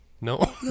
No